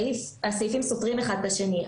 הסעיפים סותרים אחד את השני.